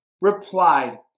replied